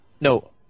No